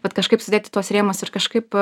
vat kažkaip sudėt į tuos rėmus ir kažkaip